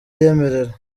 yiyemerera